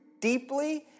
deeply